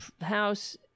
House